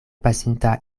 pasinta